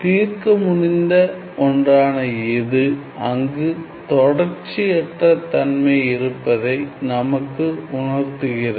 தீர்க்க முடிந்த ஒன்றான இது அங்கு தொடர்ச்சியற்ற தன்மை இருப்பதை நமக்கு உணர்த்துகிறது